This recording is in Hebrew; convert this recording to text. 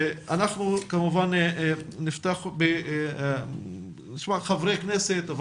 אנחנו כמובן נפתח ונשמע חברי כנסת אבל